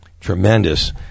tremendous